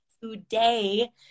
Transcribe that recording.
Today